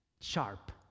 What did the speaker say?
sharp